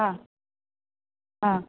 आं आं